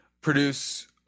produce –